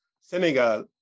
Senegal